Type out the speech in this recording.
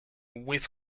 whiff